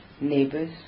Neighbors